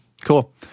cool